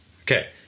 okay